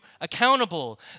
accountable